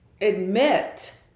admit